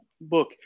book